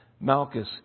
Malchus